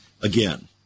again